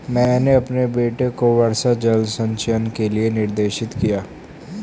मैंने अपने बेटे को वर्षा जल संचयन के लिए निर्देशित किया